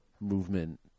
movement